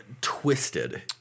Twisted